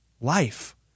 life